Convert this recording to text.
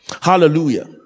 Hallelujah